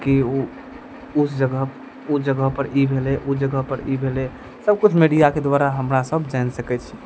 की ओ जगह ओ जगह पर ई भेलै ओ जगह पर ई भेलै सबकिछु मीडियाके द्वारा हमरा सब जानि सकैत छी